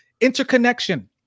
Interconnection